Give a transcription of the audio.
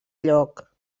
lloc